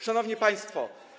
Szanowni Państwo!